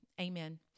amen